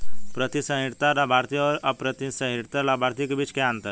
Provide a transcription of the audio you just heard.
प्रतिसंहरणीय लाभार्थी और अप्रतिसंहरणीय लाभार्थी के बीच क्या अंतर है?